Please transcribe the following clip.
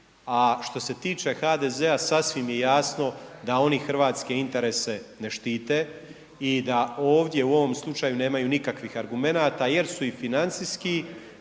A što se tiče HDZ-a sasvim je jasno da oni hrvatske interese ne štite i da ovdje u ovom slučaju nemaju nikakvih argumenata jer su i financijski,